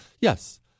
Yes